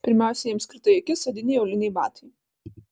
pirmiausia jiems krito į akis odiniai auliniai batai